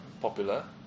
popular